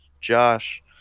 Josh